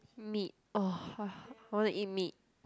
meat oh !wah! I want to eat meat